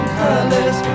colors